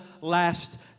last